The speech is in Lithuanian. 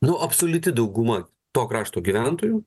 nu absoliuti dauguma to krašto gyventojų